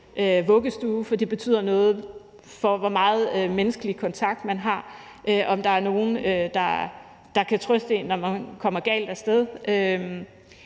vuggestue, for det betyder noget for, hvor meget menneskelig kontakt man har, altså om der er nogen, der kan trøste en, når man kommer galt af sted.